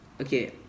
Okay